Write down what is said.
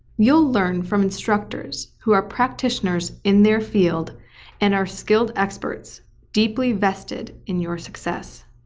you'll learn from instructors who are practitioners in their field and are skilled experts deeply vested in your success!